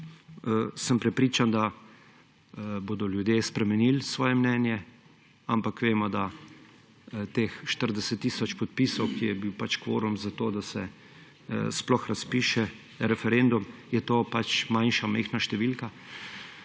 sem prepričan, da bodo ljudje spremenili svoje mnenje. Ampak vemo, da teh 40 tisoč podpisov, ki je bil pač kvorum za to, da se sploh razpiše referendum, je to pač majhna številka.